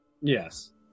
Yes